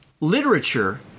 literature